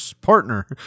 partner